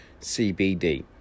CBD